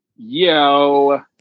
Yo